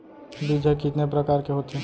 बीज ह कितने प्रकार के होथे?